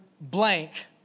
blank